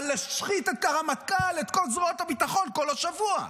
אבל להשחית את הרמטכ"ל ואת כל זרועות הביטחון כל השבוע.